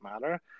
matter